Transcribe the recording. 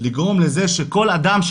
לגרום לזה שכול אדם,